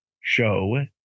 show